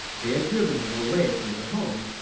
they had driven him away from their home,